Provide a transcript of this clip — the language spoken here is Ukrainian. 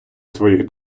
своїх